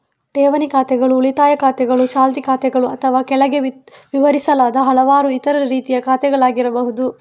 ಠೇವಣಿ ಖಾತೆಗಳು ಉಳಿತಾಯ ಖಾತೆಗಳು, ಚಾಲ್ತಿ ಖಾತೆಗಳು ಅಥವಾ ಕೆಳಗೆ ವಿವರಿಸಲಾದ ಹಲವಾರು ಇತರ ರೀತಿಯ ಖಾತೆಗಳಾಗಿರಬಹುದು